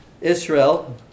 Israel